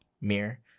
mirror